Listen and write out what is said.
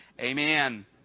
Amen